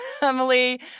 emily